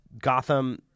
Gotham